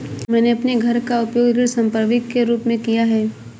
मैंने अपने घर का उपयोग ऋण संपार्श्विक के रूप में किया है